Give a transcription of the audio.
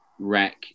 wreck